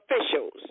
officials